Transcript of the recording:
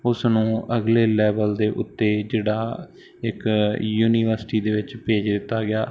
ਉਸ ਨੂੰ ਅਗਲੇ ਲੈਵਲ ਦੇ ਉੱਤੇ ਜਿਹੜਾ ਇੱਕ ਯੂਨੀਵਰਸਿਟੀ ਦੇ ਵਿੱਚ ਭੇਜ ਦਿੱਤਾ ਗਿਆ